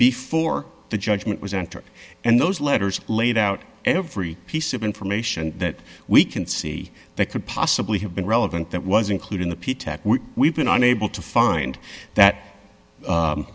before the judgment was entered and those letters laid out every piece of information that we can see that could possibly have been relevant that was including the p tech we've been able to find that